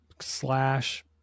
slash